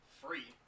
free